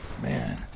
Man